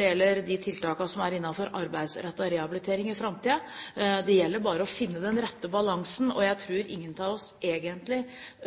gjelder de tiltakene som er innenfor arbeidsrettet rehabilitering i framtiden. Det gjelder bare å finne den rette balansen, og jeg tror ingen av oss egentlig